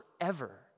forever